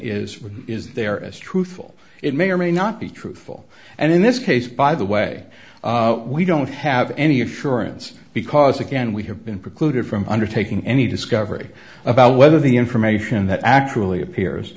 what is there as truthful it may or may not be truthful and in this case by the way we don't have any assurance because again we have been precluded from undertaking any discovery about whether the information that actually appears